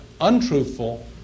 untruthful